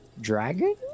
dragon